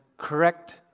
Correct